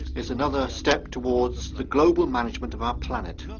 is another step towards the global management of our planet.